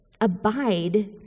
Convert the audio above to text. Abide